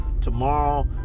tomorrow